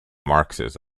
marxism